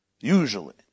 Usually